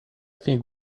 think